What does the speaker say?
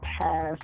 past